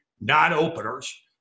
non-openers